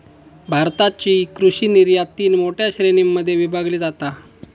भारताची कृषि निर्यात तीन मोठ्या श्रेणीं मध्ये विभागली जाता